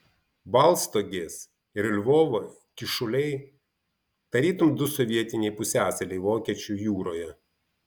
baltstogės ir lvovo kyšuliai tarytum du sovietiniai pusiasaliai vokiečių jūroje